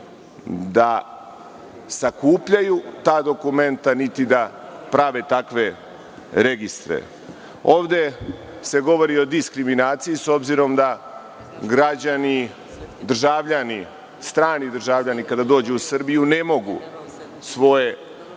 da sakupljaju ta dokumenta, niti da prave takve registre? Ovde se govori o diskriminaciji, s obzirom da građani, državljani, strani državljani kada dođu u Srbiju ne mogu im se